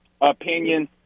opinion